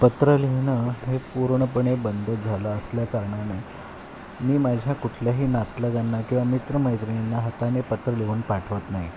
पत्र लिहिणं हे पूर्णपणे बंद झालं असल्या कारणाने मी माझ्या कुठल्याही नातलगांना किंवा मित्र मैत्रिणींना हाताने पत्र लिहून पाठवत नाही